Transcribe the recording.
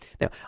Now